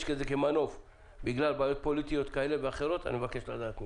בזה כמנוף בגלל בעיות פוליטיות כאלה ואחרות אני מבקש לדעת מזה.